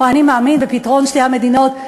או אני מאמין בפתרון שתי המדינות,